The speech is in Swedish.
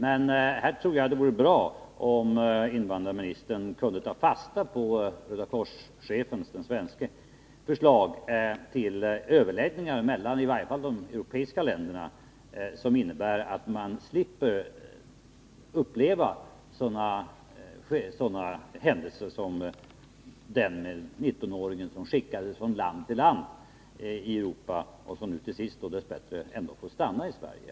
Men här tror jag att det vore bra om invandrarministern kunde ta fasta på den svenske Röda kors-chefens förslag till sådana överläggningar, i varje fall mellan de europeiska länderna, som innebär, att man slipper uppleva den typ av händelser som exemplifieras av den 19-åring som skickades från land till land i Europa och som till sist, dess bättre, ändå får stanna i Sverige.